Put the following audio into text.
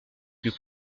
plus